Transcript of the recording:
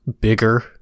bigger